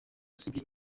usibye